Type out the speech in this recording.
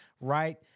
right